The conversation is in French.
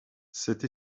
cette